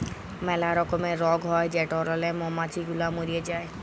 ম্যালা রকমের রগ হ্যয় যেটরলে মমাছি গুলা ম্যরে যায়